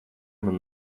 man